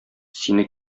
сине